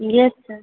yes sir